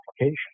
application